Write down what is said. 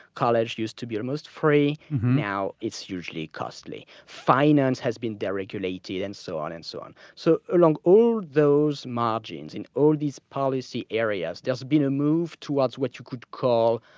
college used to be almost free. now, it's usually costly. finance has been deregulated and so on and so on. so along all those margins, in all these policy areas, there's been a move towards, what you could call,